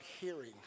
hearing